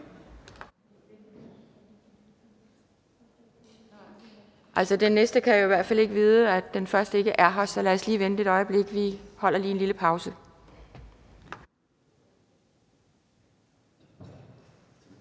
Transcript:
spørger kan jo ikke vide, at den første spørger ikke er her, så lad os lige vente et øjeblik. Vi holder lige en lille pause.